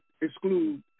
exclude